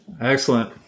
Excellent